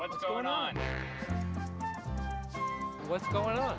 what's going on what's going on